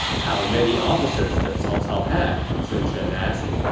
how many officers does cao cao have? sun quan asked